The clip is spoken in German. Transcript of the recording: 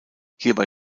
hierbei